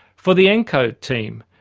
for the encode team,